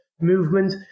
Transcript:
movement